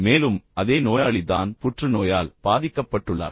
மேலும் அதே நோயாளி தான் புற்றுநோயால் பாதிக்கப்பட்டுள்ளார்